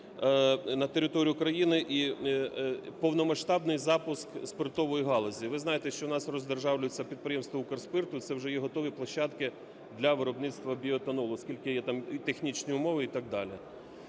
на територію країни і повномасштабний запуск спиртової галузі. Ви знаєте, що у нас роздержавлюються підприємства "Укрспирту", це вже є готові площадки для виробництва біоетанолу, оскільки є там технічні умови і так далі.